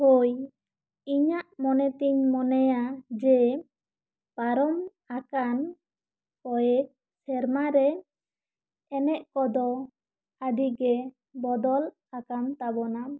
ᱦᱳᱭ ᱤᱧᱟᱹᱜ ᱢᱚᱱᱮᱛᱮᱧ ᱢᱚᱱᱮᱭᱟ ᱡᱮ ᱯᱟᱨᱚᱢ ᱟᱠᱟᱱ ᱠᱚᱭᱮᱠ ᱥᱮᱨᱢᱟᱨᱮ ᱮᱱᱮᱡ ᱠᱚᱫᱚ ᱟᱹᱰᱤᱜᱮ ᱵᱚᱫᱚᱞ ᱠᱟᱱ ᱛᱟᱵᱚᱱᱟ